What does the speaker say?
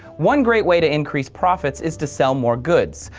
one great way to increase profits is to sell more goods.